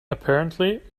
apparently